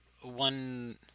one